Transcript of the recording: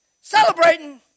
Celebrating